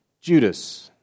Judas